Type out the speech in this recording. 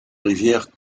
rivière